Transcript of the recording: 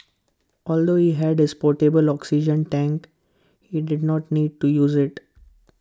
although he had his portable oxygen tank he did not need to use IT